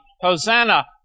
Hosanna